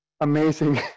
amazing